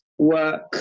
Work